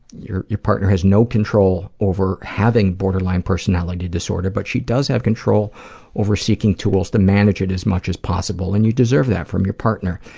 your your partner has no control over having borderline personality disorder, but she does have control over seeking tools to manage it as much as possible. and you deserve that from your partner.